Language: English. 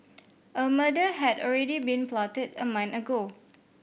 a murder had already been plotted a month ago